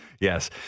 Yes